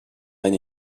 any